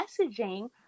messaging